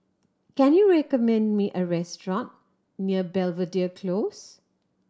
can you recommend me a restaurant near Belvedere Close